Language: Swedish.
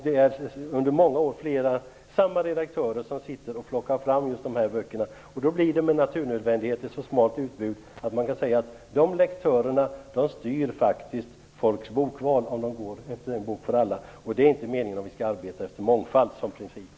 Det är under många år samma redaktörer som sitter och plockar fram dessa böcker, och det blir då med nödvändighet ett smalt utbud. Man kan säga att dessa lektörer faktiskt styr folks bokval, om människorna följer En Bok För Alla, och det är inte meningen. Man skall arbeta med mångfald som princip.